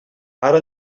ara